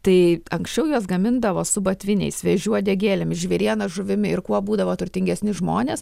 tai anksčiau juos gamindavo su batviniais vėžių uodegėlėmis žvėriena žuvimi ir kuo būdavo turtingesni žmonės